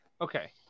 okay